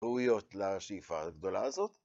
‫ראויות לשאיפה הגדולה הזאת.